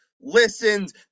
listened